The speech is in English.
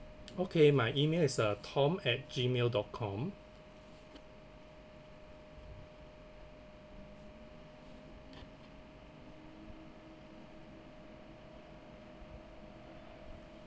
okay my email is uh tom at gmail dot com